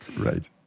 Right